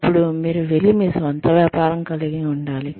అప్పుడు మీరు వెళ్లి మీ సొంత వ్యాపారం కలిగి ఉండాలి